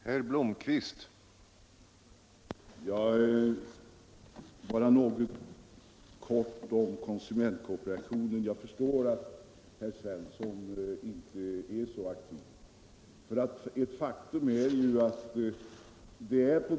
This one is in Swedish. Herr talman! Bara något kort om konsumentkooperationen. Jag förstår att herr Svensson i Malmö inte är så aktiv inom rörelsen.